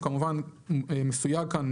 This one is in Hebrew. הוא כמובן מסויג כאן,